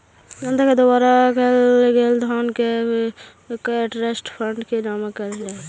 जनता के द्वारा दान कैल गेल धन के ट्रस्ट फंड में जमा कैल जा हई